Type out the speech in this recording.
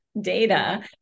data